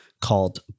called